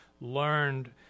learned